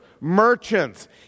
merchants